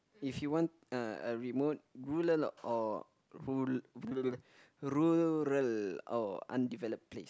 if you want uh remote ruler or old rural or undeveloped place